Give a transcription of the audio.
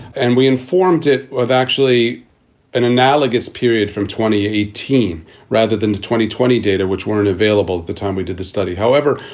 and we informed it of actually an analogous period from twenty eighteen rather than the twenty twenty data which weren't available at the time we did the study. however,